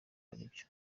aribyo